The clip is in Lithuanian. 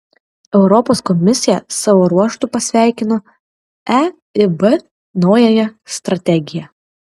europos komisija savo ruožtu pasveikino eib naująją strategiją